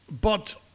But